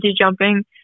jumping